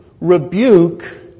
rebuke